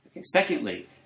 secondly